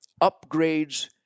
upgrades